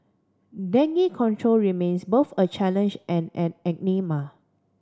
dengue control remains both a challenge and an